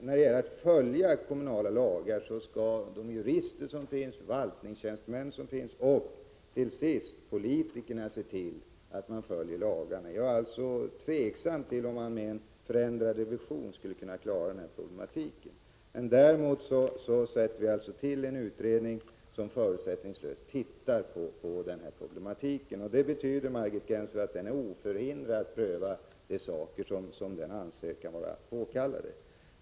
När det gäller att följa kommunala lagar skall de jurister och förvaltningstjänstemän som finns och till sist politikerna se till att lagarna följs. Jag är tveksam till om man med en förändrad revision skulle kunna klara den problematiken. Däremot sätter vi alltså till en utredning som förutsättningslöst skall se över detta. Det betyder att den är oförhindrad att pröva vad den anser kan vara påkallat.